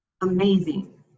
amazing